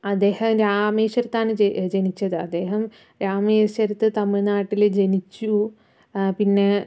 അദ്ദേഹം രാമേശ്വരത്ത് ആണ് ജ ജനിച്ചത് അദ്ദേഹം രാമേശ്വരത്ത് തമിഴ്നാട്ടില് ജനിച്ചു പിന്നെ